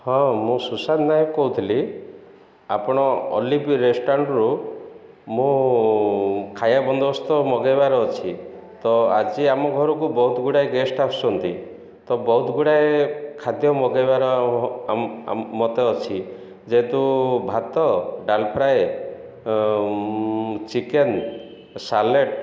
ହଁ ମୁଁ ସୁଶାନ୍ତ ନାୟକ କହୁଥିଲି ଆପଣ ଅଲିଭ୍ ରେଷ୍ଟୁରାଣ୍ଟରୁ ମୁଁ ଖାଇବା ବନ୍ଦୋବସ୍ତ ମଗେଇବାର ଅଛି ତ ଆଜି ଆମ ଘରକୁ ବହୁତ ଗୁଡ଼ାଏ ଗେଷ୍ଟ ଆସୁଛନ୍ତି ତ ବହୁତ ଗୁଡ଼ାଏ ଖାଦ୍ୟ ମଗେଇବାର ମୋତେ ଅଛି ଯେହେତୁ ଭାତ ଡାଲ ଫ୍ରାଏ ଚିକେନ୍ ସାଲାଡ଼